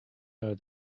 know